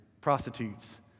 prostitutes